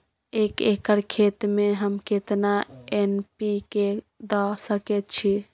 एक एकर खेत में हम केतना एन.पी.के द सकेत छी?